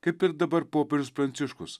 kaip ir dabar popiežius pranciškus